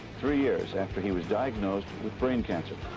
three years after he was diagnosed with brain cancer.